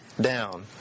down